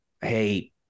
Hey